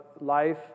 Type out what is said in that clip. life